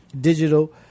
digital